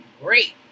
great